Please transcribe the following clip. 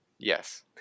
yes